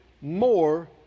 more